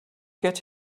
get